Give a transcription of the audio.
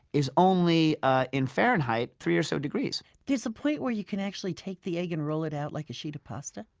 is only ah in fahrenheit three or so degrees there's a point where you can actually take the egg and roll it out like a sheet of pasta?